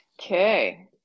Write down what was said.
Okay